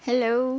hello